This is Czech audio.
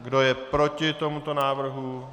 Kdo je proti tomuto návrhu?